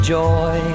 joy